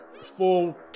full